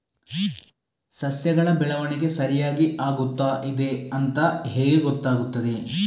ಸಸ್ಯಗಳ ಬೆಳವಣಿಗೆ ಸರಿಯಾಗಿ ಆಗುತ್ತಾ ಇದೆ ಅಂತ ಹೇಗೆ ಗೊತ್ತಾಗುತ್ತದೆ?